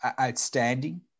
outstanding